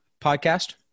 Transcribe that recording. podcast